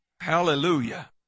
Hallelujah